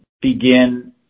begin